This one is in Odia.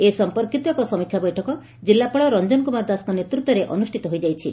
ଏ ସଂପର୍କିତ ଏକ ସମୀକ୍ଷା ବୈଠକ ଜିଲ୍ଲାପାଳ ରଂଜନ କୁମାର ଦାସଙ୍କ ନେତୂତ୍ୱରେ ଅନୁଷିତ ହୋଇଯାଇଛି